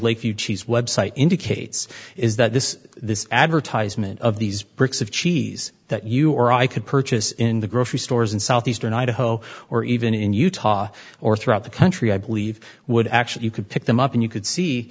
lakeview cheese website indicates is that this this advertisement of these bricks of cheese that you or i could purchase in the grocery stores in southeastern idaho or even in utah or throughout the country i believe would actually you could pick them up and you could see